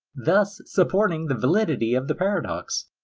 thus supporting the validity of the paradox.